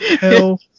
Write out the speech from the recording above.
Hell